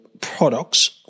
products